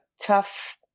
tough